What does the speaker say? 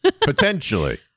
Potentially